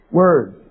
words